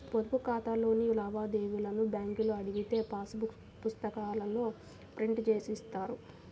పొదుపు ఖాతాలోని లావాదేవీలను బ్యేంకులో అడిగితే పాసు పుస్తకాల్లో ప్రింట్ జేసి ఇస్తారు